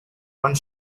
one